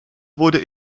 wurde